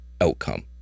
outcome